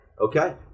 Okay